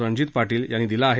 रणजीत पाटील यांनी दिला आहे